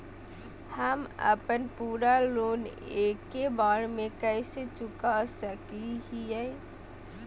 हम अपन पूरा लोन एके बार में कैसे चुका सकई हियई?